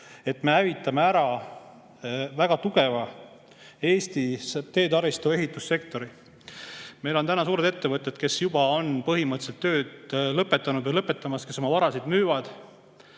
et me hävitame ära väga tugeva Eesti teetaristusektori. Meil on suuri ettevõtteid, kes juba on põhimõtteliselt töö lõpetanud või seda lõpetamas, kes oma vara müüvad.